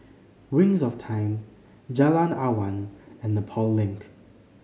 Wings of Time Jalan Awan and Nepal Link